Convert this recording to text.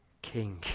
King